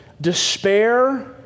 despair